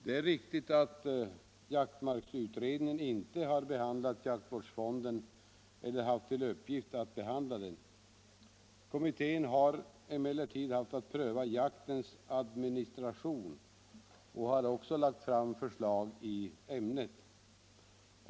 Det är riktigt att jakt marksutredningen inte har haft till uppgift att behandla frågan om jaktvårdsfonden, men den har haft att pröva jaktens administration och har även lagt fram förslag i ämnet.